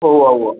ഉവ്വ ഉവ്വ